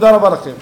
תודה רבה לכם.